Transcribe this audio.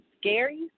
scary